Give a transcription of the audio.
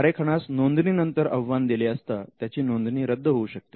आरेखनास नोंदणीनंतर आव्हान दिले असता त्याची नोंदणी रद्द होऊ शकते